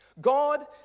God